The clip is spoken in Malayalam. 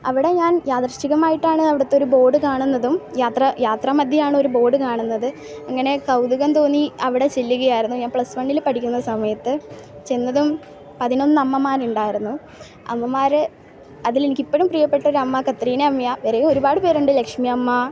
അവിടെ ഞാൻ യാദൃശ്ചികമായിട്ടാണ് അവിടുത്തെ ഒരു ബോർഡ് കാണുന്നതും യാത്ര യാത്ര മദ്ധ്യേ ആണ് ഒരു ബോർഡ് കാണുന്നത് അങ്ങനെ കൗതുകം തോന്നി അവിടെ ചെല്ലുകയായിരുന്നു ഞാൻ പ്ലസ് വണ്ണിൽ പഠിക്കുന്ന സമയത്ത് ചെന്നതും പതിനൊന്ന് അമ്മമാരുണ്ടായിരുന്നു അമ്മമാർ അതിലെനിക്ക് ഇപ്പോഴും പ്രിയപ്പെട്ട ഒരമ്മ കത്രീനാമ്മയാണ് വേറെ ഒരുപാട് പേരുണ്ട് ലക്ഷ്മിയമ്മ